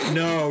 no